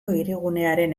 hirigunearen